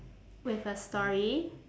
with a story